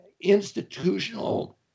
institutional